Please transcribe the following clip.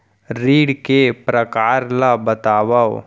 ऋण के परकार ल बतावव?